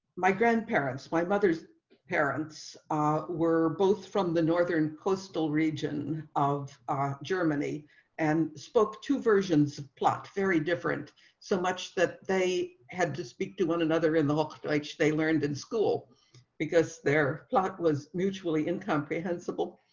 my grandparents, my mother's parents were both from the northern coastal region of germany and spoke two versions of plot very different so much that they had to speak to one another in the whole night they learned in school because their plot was mutually incomprehensible.